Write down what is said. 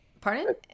Pardon